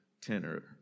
tenor